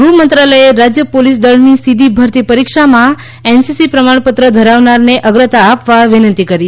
ગૃહમંત્રાલયે રાજ્ય પોલીસ દળની સીધી ભરતી પરીક્ષામાં એનસીસી પ્રમાણપત્ર ધરાવનારને અગ્રતા આપવા વિનંતી કરી છે